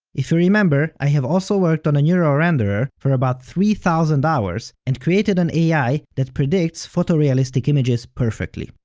if you remember, i have also worked on a neural renderer for about three thousand hours and created an ai that predicts photorealistic images perfectly.